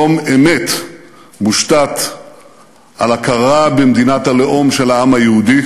שלום אמת מושתת על הכרה במדינת הלאום של העם היהודי